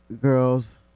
Girls